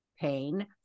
Pain